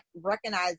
recognize